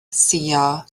suo